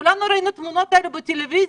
כולנו ראינו את התמונות האלה בטלוויזיה.